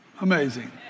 amazing